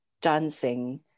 dancing